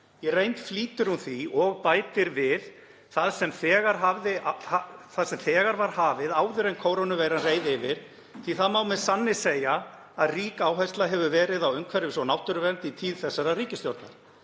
Í reynd flýtir hún því og bætir við það sem þegar var hafið áður en kórónuveiran reið yfir því að það má með sanni segja að rík áhersla hafi verið á umhverfis- og náttúruvernd í tíð þessarar ríkisstjórnar.